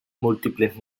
múltiples